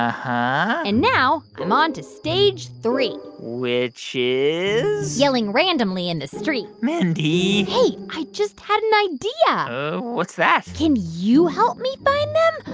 um ah and now i'm onto stage three which is? yelling randomly in the street mindy. hey, i just had an idea what's that? can you help me find them?